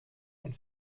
und